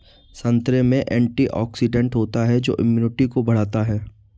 संतरे में एंटीऑक्सीडेंट होता है जो इम्यूनिटी को बढ़ाता है